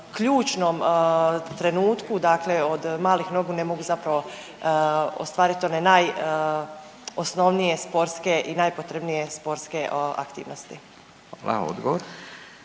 ključnom trenutku dakle od malih nogu ne mogu zapravo ostvariti one najosnovnije sportske i najpotrebnije sportske aktivnosti. **Radin,